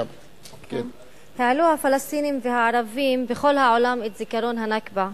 העלו הפלסטינים והערבים בכל העולם את זיכרון הנכבה.